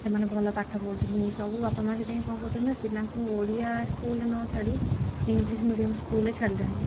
ସେମାନେ ଭଲ ପାଠ ପଢୁଛନ୍ତି ସବୁ ବାପା ମାଆ ସେଥିପାଇଁ କ'ଣ କରୁଛନ୍ତିନା ପିଲାଙ୍କୁ ଓଡ଼ିଆ ସ୍କୁଲରେ ନଛାଡ଼ି ଇଂଲିଶ ମିଡ଼ିୟମ୍ ସ୍କୁଲରେ ଛାଡ଼ିଲେଣି